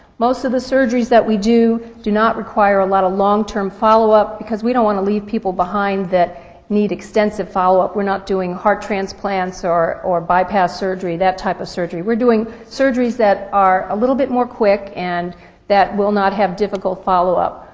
most of the surgeries that we do do not require a lot of long-term followup because we don't want to leave people behind that need extensive follow-up, we're not doing heart transplants or or bypass surgery, that type of surgery, we're doing surgeries that are a little bit more quick and that will not have difficult followup.